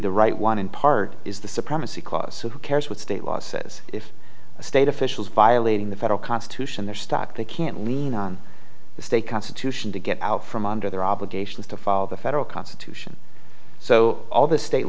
the right one and part is the supremacy clause who cares what state law says if a state officials violating the federal constitution they're stuck they can't lean on the state constitution to get out from under their obligations to follow the federal constitution so all the state